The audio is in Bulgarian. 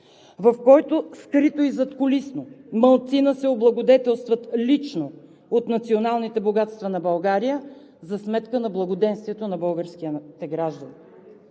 в който скрито и задкулисно малцина се облагодетелстват лично от националните богатства на България за сметка на благоденствието на българските граждани!